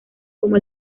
como